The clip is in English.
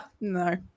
no